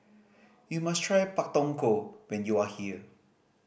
you must try Pak Thong Ko when you are here